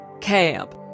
camp